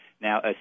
Now